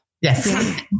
Yes